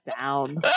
down